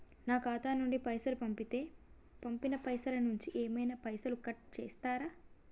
నా ఖాతా నుండి పైసలు పంపుతే పంపిన పైసల నుంచి ఏమైనా పైసలు కట్ చేత్తరా?